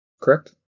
correct